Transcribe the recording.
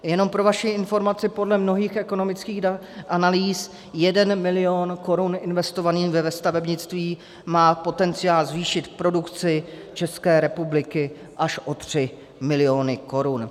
Jenom pro vaši informaci podle mnohých ekonomických analýz 1 milion korun investovaných ve stavebnictví má potenciál zvýšit produkci České republiky až o 3 miliony korun.